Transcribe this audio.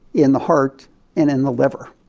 in the heart and in the liver.